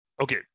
okay